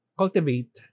cultivate